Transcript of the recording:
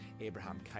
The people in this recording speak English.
Abraham